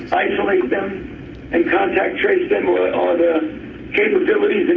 isolate them and contact trace them? are there capabilities